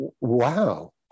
wow